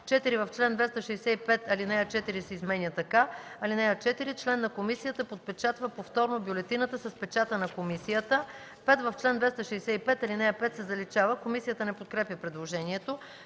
4. В чл. 265 ал. 4 се изменя така: „(4) Член на комисията подпечатва повторно бюлетината с печата на комисията”. 5. В чл. 265 ал. 5 се заличава.” Комисията не подкрепя предложението.